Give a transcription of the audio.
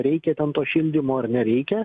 reikia ten to šildymo ar nereikia